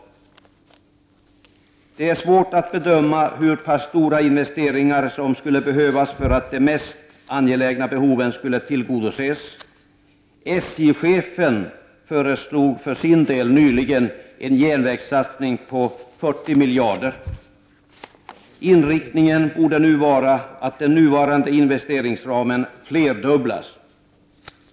Det är svårt att bedöma hur pass stora investeringar som skulle behövas för att de mest angelägna behoven skulle tillgodoses. SJ-chefen föreslog för sin del nyligen en järnvägssatsning på 40 miljarder. Inriktningen borde nu vara att den nuvarande investeringsramen skall flerdubblas.